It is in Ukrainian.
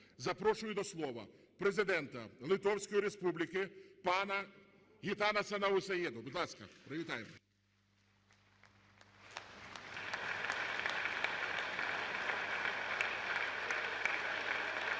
запрошую до слова Президента Литовської Республіки пана Гітанаса Наусєду. Будь ласка, привітаємо. (Оплески)